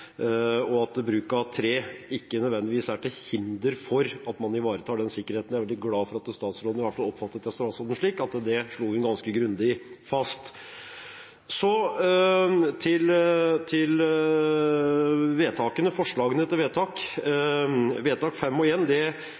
og at bruk av tre ikke nødvendigvis er til hinder for at man ivaretar den sikkerheten. Jeg er glad for at statsråden slo det ganske grundig fast – i hvert fall oppfattet jeg statsråden slik.